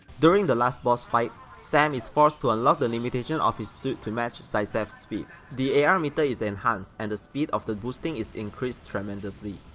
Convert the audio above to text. during the last boss fight, sam is forced to unlock the limitation of his suit to match zaitsev's speed. the ar meter is enhanced and the speed of the boosting is increased tremendously.